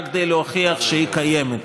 רק כדי להוכיח שהיא קיימת.